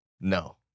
No